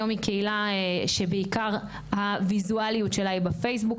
היום היא קהילה שבעיקר הויזואליות שלה היא בפייסבוק,